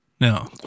No